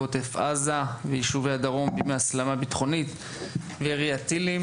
עוטף עזה ויישובי הדרום בימי הסלמה ביטחונית וירי טילים.